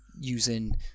Using